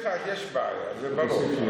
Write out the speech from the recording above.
ב-2021 יש בעיה, נכון.